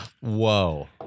whoa